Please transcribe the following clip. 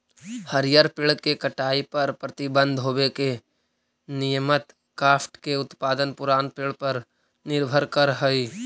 हरिअर पेड़ के कटाई पर प्रतिबन्ध होवे से नियमतः काष्ठ के उत्पादन पुरान पेड़ पर निर्भर करऽ हई